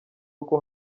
uko